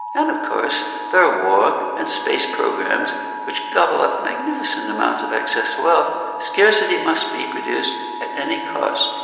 and of course there are war and space programs which gobble up magnificent amounts of excess wealth. scarcity must be produced at any cost,